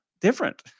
different